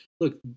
look